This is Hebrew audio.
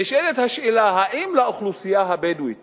נשאלת השאלה האם לאוכלוסייה הבדואית